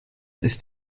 ist